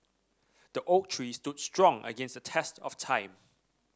the oak tree stood strong against the test of time